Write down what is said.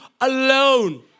alone